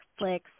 Netflix